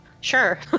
Sure